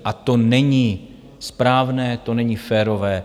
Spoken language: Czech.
A to není správné, to není férové.